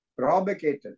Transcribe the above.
provocated